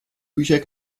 bücher